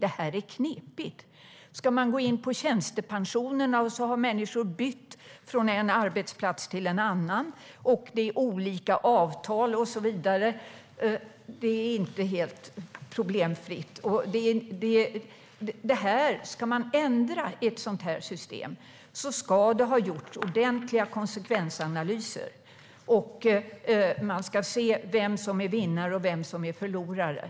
Det här är knepiga saker. Man kan gå in på tjänstepensionerna, och så har människor bytt från en arbetsplats till en annan. Det är olika avtal och så vidare. Det är inte helt problemfritt. Ska man ändra i ett sådant system ska det ha gjorts ordentliga konsekvensanalyser. Man ska se vem som är vinnare och vem som är förlorare.